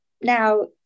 now